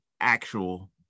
actual